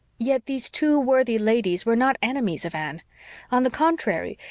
yet these two worthy ladies were not enemies of anne on the contrary,